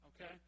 Okay